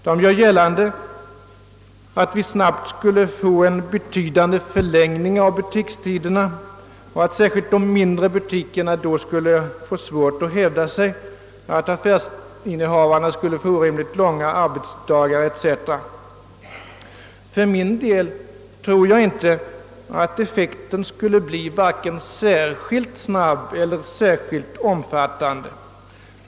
De gör gällande att vi snabbt skulle få en betydande förlängning av butikstiderna och att särskilt de mindre butikerna då skulle få svårt att hävda sig, att affärsinnehavarna skulle få orimligt långa arbetsdagar 0. s. v. För min del tror jag inte att effekten skulle bli vare sig särskilt snabb eller särskilt omfattande.